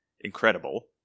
incredible